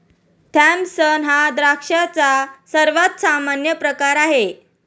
Thompson हा द्राक्षांचा सर्वात सामान्य प्रकार आहे